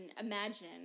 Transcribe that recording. imagine